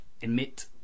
emit